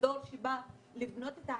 כדור שבא לבנות את העתיד,